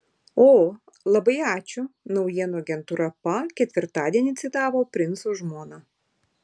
o labai ačiū naujienų agentūra pa ketvirtadienį citavo princo žmoną